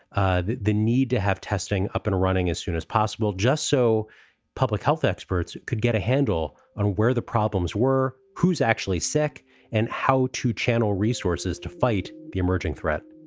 ah the the need to have testing up and running as soon as possible, just so public health experts could get a handle on where the problems were, who's actually sick and how to channel resources to fight the emerging threat